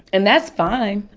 and that's fine.